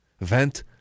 Vent